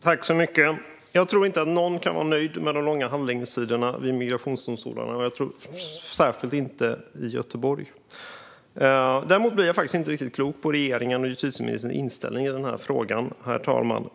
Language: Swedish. Herr talman! Jag tror inte att någon kan vara nöjd med de långa handläggningstiderna vid migrationsdomstolarna, särskilt inte i Göteborg. Däremot blir jag inte riktigt klok på regeringens och justitieministerns inställning i frågan, herr talman.